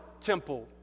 temple